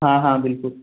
हाँ हाँ बिल्कुल